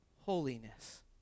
holiness